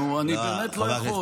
נו, אני באמת לא יכול.